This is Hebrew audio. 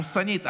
הרסנית,